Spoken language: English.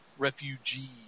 refugees